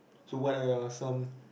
so what are some